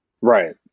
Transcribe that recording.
Right